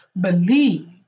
believe